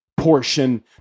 portion